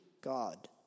God